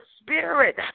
spirit